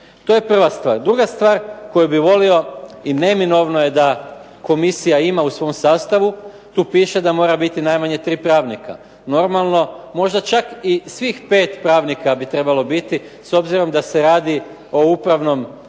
To je prva stvar. Druga stvar koju bi volio i neminovno je da komisija ima u svom sastavu. Tu piše da mora biti najmanje tri pravnika. Normalno, možda čak i svih pet pravnika bi trebalo biti s obzirom da se radi o upravnom postupku,